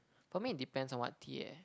for me it depends on what tea eh